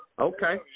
Okay